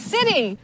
City